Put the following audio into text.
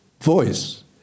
voice